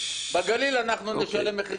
בגליל אנחנו נשלם מחיר כזה,